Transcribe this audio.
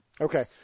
Okay